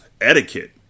etiquette